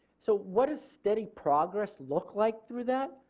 so what does steady progress look like through that?